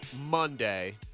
Monday